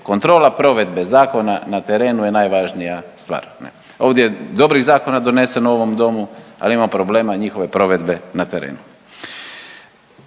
kontrola provedbe zakona na terenu je najvažnija stvar. Ovdje je dobrih zakona doneseno u ovom domu, ali imamo problema njihove provedbe na terenu.